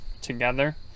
together